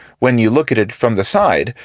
when you look at it from the side,